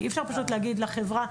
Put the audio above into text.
כי אי אפשר פשוט להגיד לחברה,